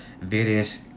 various